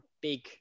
big